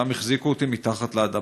ושם החזיקו אותי מתחת לאדמה.